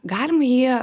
galim jį